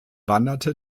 wanderte